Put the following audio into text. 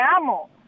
amo